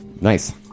Nice